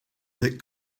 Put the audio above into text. that